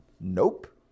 Nope